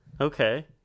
Okay